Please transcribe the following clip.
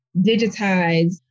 digitize